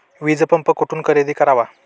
वीजपंप कुठून खरेदी करावा?